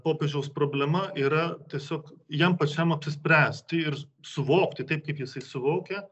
popiežiaus problema yra tiesiog jam pačiam apsispręsti ir suvokti taip kaip jisai suvokia